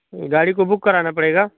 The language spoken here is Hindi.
गाड़ी को बुक कराना पड़ेगा